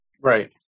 Right